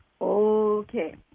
okay